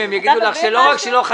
סיכמנו שלא את מנהלת את הוועדה.